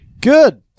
Good